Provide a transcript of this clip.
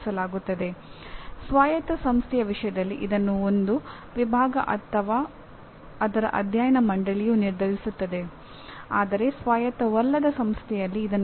ಎಲ್ಲಾ ಶಿಕ್ಷಣ ಸಂಸ್ಥೆಗಳು ಖಾಸಗಿ ಅಥವಾ ಸಾರ್ವಜನಿಕ ಸಾಮಾಜಿಕ ಸಂಸ್ಥೆಯಾಗಿರುತ್ತದೆ